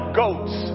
goats